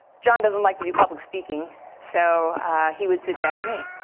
john doesn't like to do public speaking so he would suggest me.